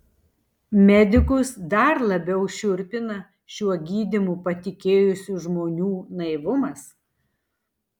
medikus dar labiau šiurpina šiuo gydymu patikėjusių žmonių naivumas